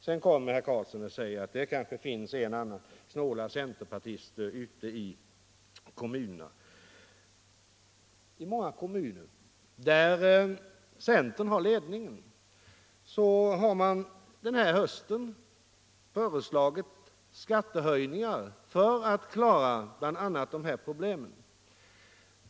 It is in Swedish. Sedan säger herr Karlsson att det kanske finns en del snåla centerpartister ute i kommunerna. I många kommuner där centern har ledningen har man den här hösten föreslagit skattehöjningar för att klara bl.a. dessa problem.